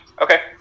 Okay